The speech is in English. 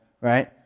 right